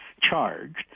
charged